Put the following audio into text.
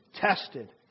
Tested